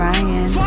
Ryan